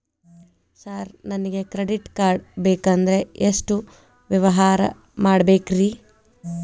Sir ನನಗೆ credit card ಬೇಕಂದ್ರೆ ಎಷ್ಟು ವ್ಯವಹಾರ ಮಾಡಬೇಕ್ರಿ?